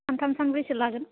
सानथाम सानब्रैसो लागोन